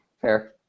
Fair